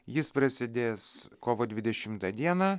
jis prasidės kovo dvidešimtą dieną